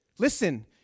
Listen